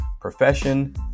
profession